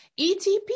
ETP